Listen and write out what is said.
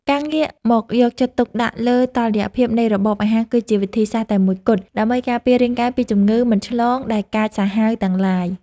ការងាកមកយកចិត្តទុកដាក់លើតុល្យភាពនៃរបបអាហារគឺជាវិធីសាស្ត្រតែមួយគត់ ដើម្បីការពាររាងកាយពីជំងឺមិនឆ្លងដែលកាចសាហាវទាំងឡាយ។